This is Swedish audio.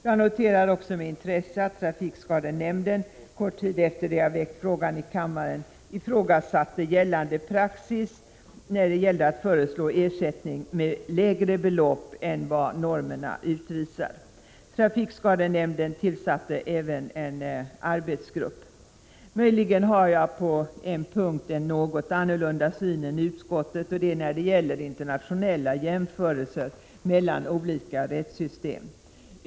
Jag noterar också med intresse att trafikskadenämnden kort tid efter det jag väckt frågan i kammaren ifrågasatte rådande praxis när det gällde att föreslå ersättning med lägre belopp än vad normerna utvisar. Trafikskadenämnden tillsatte även en arbetsgrupp. Möjligen har jag på en punkt en något annan syn än utskottet, och det är när det gäller internationella jämförelser mellan olika rättssystem.